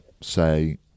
say